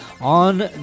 on